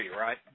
right